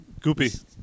Goopy